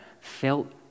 felt